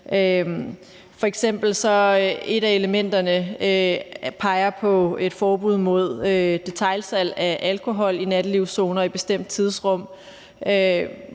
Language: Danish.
et af elementerne på et forbud mod detailsalg af alkohol i nattelivszoner i et bestemt tidsrum.